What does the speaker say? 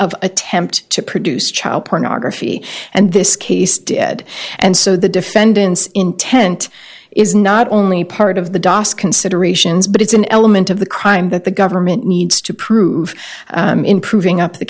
of attempt to produce child pornography and this case did and so the defendant's intent is not only part of the das considerations but it's an element of the crime that the government needs to prove in proving up the